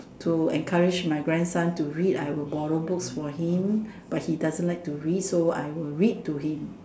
to encourage my grandson to read I will borrow books for him but he doesn't like to read so I will read to him